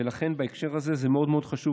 ולכן בהקשר הזה זה מאוד מאוד חשוב,